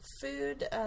food